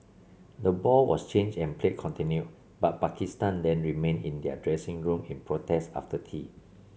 the ball was changed and play continued but Pakistan then remained in their dressing room in protest after tea